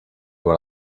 what